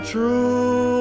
True